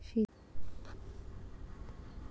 शेतीच्या अवजाराईवर राज्य शासनाची काई सबसीडी रायते का?